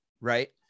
right